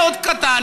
נבנה עוד, קטן,